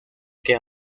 que